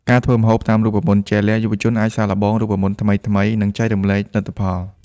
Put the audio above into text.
ការធ្វើម្ហូបតាមរូបមន្តជាក់លាក់យុវជនអាចសាកល្បងរូបមន្តថ្មីៗ និងចែករំលែកលទ្ធផល។